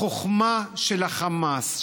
החוכמה של החמאס,